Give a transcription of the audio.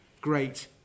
great